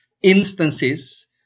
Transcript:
instances